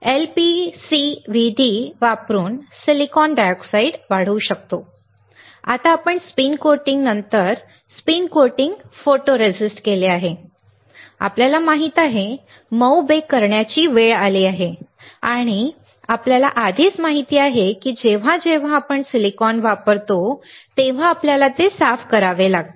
आम्ही LPCVD वापरून silicon dioxide वाढवू शकतो आता आम्ही स्पिन कोटिंग नंतर स्पिन कोटिंग फोटोरिस्टिस्ट केले आहे आम्हाला माहित आहे मऊ बेक करण्याची वेळ आली आहे आणि आम्हाला आधीच माहित आहे की जेव्हा जेव्हा आम्ही सिलिकॉन वापरतो तेव्हा आम्हाला ते साफ करावे लागते